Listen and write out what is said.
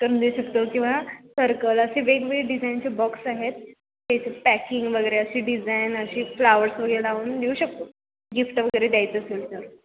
करून देऊ शकतो किंवा सर्कल असे वेगवेगळे डिझाईनचे बॉक्स आहेत त्याचे पॅकिंग वगैरे अशी डिझाईन अशी फ्लावर्स वगैरे लावून देऊ शकतो गिफ्ट वगैरे द्यायचं असेल तर